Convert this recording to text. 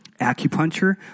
acupuncture